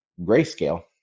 Grayscale